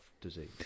disease